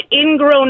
ingrown